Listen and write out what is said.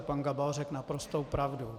Pan Gabal řekl naprostou pravdu.